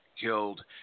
killed